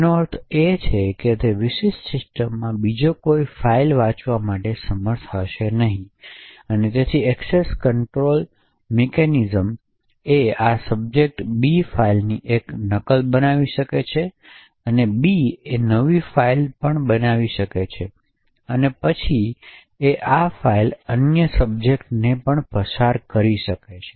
તેનો અર્થ એ છે કે તે વિશિષ્ટ સિસ્ટમમાં બીજો કોઈ ફાઇલ વાંચવા માટે સમર્થ હશે નહીં તેથી એક્સેસ કંટ્રોલ તપાસતું નથી તે છે કે આ સબ્જેક્ટ બી ફાઇલની એક નકલ બનાવી શકે છે અને એક નવી ફાઇલ બનાવી શકે છે અને આ ફાઇલ પછી અન્ય સબ્જેક્ટ ને પસાર કરી શકાય છે